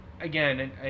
again